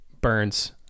Burns